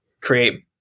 create